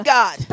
God